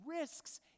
risks